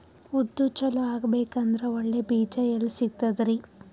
ಉದ್ದು ಚಲೋ ಆಗಬೇಕಂದ್ರೆ ಒಳ್ಳೆ ಬೀಜ ಎಲ್ ಸಿಗತದರೀ?